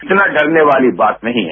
इतना डरने वाली बात नहीं है